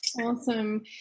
Awesome